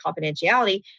confidentiality